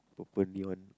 purple neon